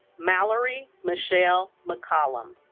mallory michelle mccollum